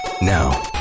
Now